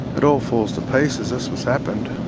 it all falls to pieces, that's what's happened.